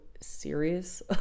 serious